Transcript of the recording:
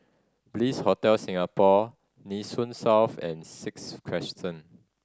Bliss Hotel Singapore Nee Soon South and Sixth Crescent